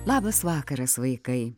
labas vakaras vaikai